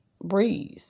breathe